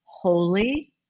holy